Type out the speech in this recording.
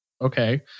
okay